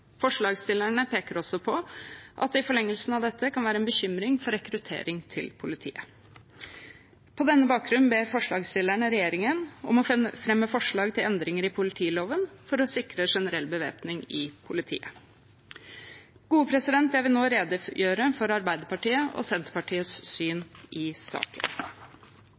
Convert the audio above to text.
Forslagsstillerne peker også på at det i forlengelsen av dette kan være bekymring for rekrutteringen til politiet. På denne bakgrunn ber forslagsstillerne regjeringen om å fremme forslag til endringer i politiloven for å sikre generell bevæpning i politiet. Jeg vil nå redegjøre for Arbeiderpartiet og Senterpartiets syn i saken.